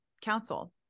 council